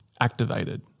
activated